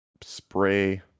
spray